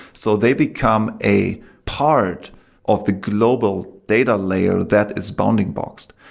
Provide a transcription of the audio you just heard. so they become a part of the global data layer that is bounding blocks.